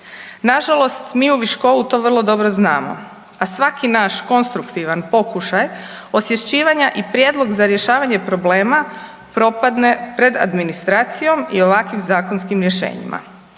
Nažalost mi u Viškovu to vrlo dobro znamo, a svaki naš konstruktivan pokušaj osvješćivanja i prijedlog za rješavanje problema propadne pred administracijom i ovakvim zakonskim rješenjima.